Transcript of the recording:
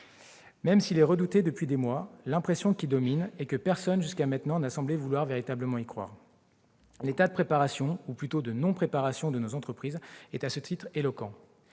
d'un est redoutée depuis des mois, l'impression qui domine est que personne jusqu'à maintenant n'a semblé vouloir véritablement y croire. À cet égard, l'état de préparation, ou plutôt de non-préparation, de nos entreprises est significatif.